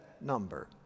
number